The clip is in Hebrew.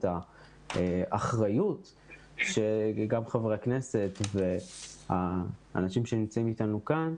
את האחריות שגם חברי הכנסת והאנשים שנמצאים איתנו כאן,